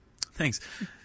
Thanks